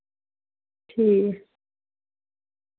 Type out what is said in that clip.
ठीक ऐ